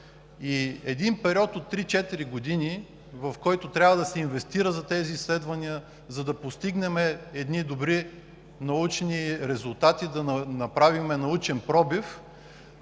и един период от три-четири години, в който трябва да се инвестира в тези изследвания, за да постигнем едни добри научни резултати и да направим научен пробив.